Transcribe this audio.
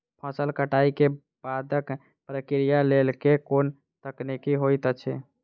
फसल कटाई केँ बादक प्रक्रिया लेल केँ कुन तकनीकी होइत अछि?